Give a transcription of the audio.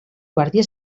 guàrdia